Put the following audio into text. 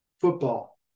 football